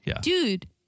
Dude